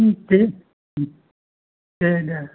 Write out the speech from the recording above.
दे दे दे